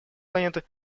планеты